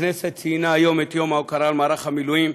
הכנסת ציינה היום את יום ההוקרה למערך המילואים.